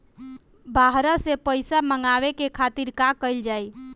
बाहर से पइसा मंगावे के खातिर का कइल जाइ?